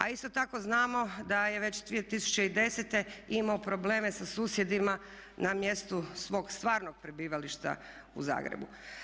A isto tako znamo da je već 2010. imao probleme sa susjedima na mjestu svog stvarnog prebivališta u Zagrebu.